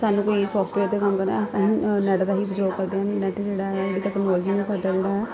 ਸਾਨੂੰ ਕੋਈ ਸੋਫਟਵੇਅਰ 'ਤੇ ਕੰਮ ਕਰਨਾ ਹੋਏ ਅਸੀਂ ਨੈੱਟ ਦੇ ਉਪਯੋਗ ਕਰਦੇ ਹਨ ਨੈੱਟ ਜਿਹੜਾ ਹੈ